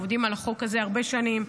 הם עובדים על החוק הזה הרבה שנים,